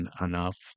enough